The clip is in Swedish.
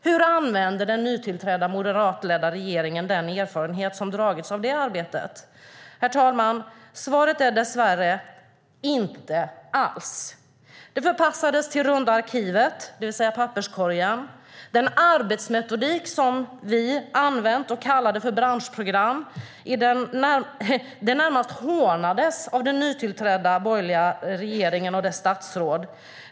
Hur använde den nytillträdda moderatledda regeringen den erfarenhet som hade dragits av det arbetet? Herr talman! Svaret är dess värre: Inte alls! Det förpassades till runda arkivet, det vill säga papperskorgen. Den arbetsmetodik som vi hade använt och kallade branschprogram närmast hånades av den nytillträdda borgerliga regeringen och dess statsråd.